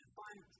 find